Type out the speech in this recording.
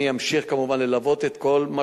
אני אמשיך כמובן ללוות את כל מה